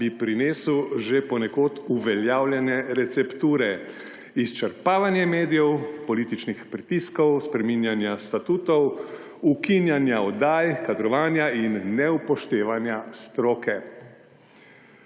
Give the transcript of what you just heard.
bi prinesel že ponekod uveljavljene recepture − izčrpavanje medijev, političnih pritiskov, spreminjanja statutov, ukinjanja oddaj, kadrovanja in neupoštevanja stroke.